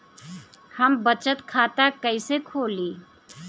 हम बचत खाता कईसे खोली?